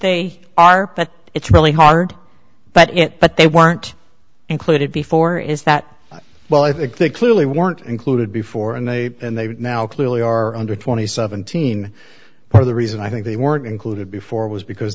they are but it's really hard but it but they weren't included before is that well i think they clearly weren't included before and they and they now clearly are under twenty seventeen or the reason i think they weren't included before was because